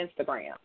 Instagram